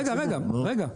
רגע, רגע.